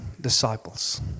disciples